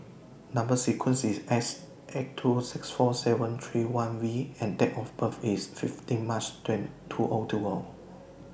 Number sequence IS S eight two six four seven three one V and Date of birth IS fifteen March two O two O